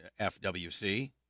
FWC